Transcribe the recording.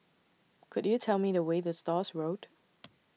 Could YOU Tell Me The Way to Stores Road